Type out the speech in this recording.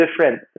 different